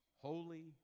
holy